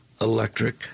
electric